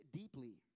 deeply